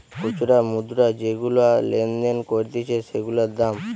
খুচরা মুদ্রা যেগুলা লেনদেন করতিছে সেগুলার দাম